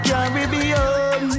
Caribbean